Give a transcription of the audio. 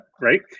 right